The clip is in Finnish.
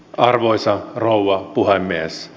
arvoisa rouva puhemies